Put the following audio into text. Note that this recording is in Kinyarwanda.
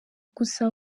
gusa